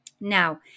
Now